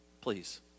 please